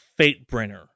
Fatebringer